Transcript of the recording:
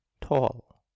tall